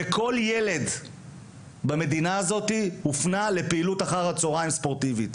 וכל ילד במדינה הזו הופנה לפעילות ספורטיבית אחר הצוהריים.